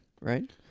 right